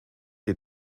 sie